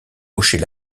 hochait